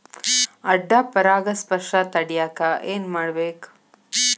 ಅಡ್ಡ ಪರಾಗಸ್ಪರ್ಶ ತಡ್ಯಾಕ ಏನ್ ಮಾಡ್ಬೇಕ್?